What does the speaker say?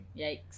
Yikes